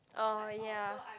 oh ya